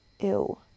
Ew